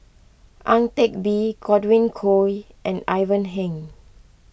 Ang Teck Bee Godwin Koay and Ivan Heng